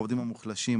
העובדים המוחלשים.